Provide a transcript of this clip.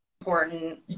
important